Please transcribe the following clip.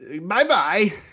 Bye-bye